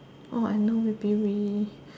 orh I know maybe we